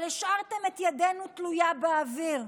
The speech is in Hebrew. אבל השארתם את ידינו תלויה באוויר,